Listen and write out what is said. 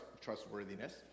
trustworthiness